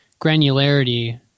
granularity